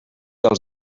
els